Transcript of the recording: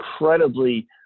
incredibly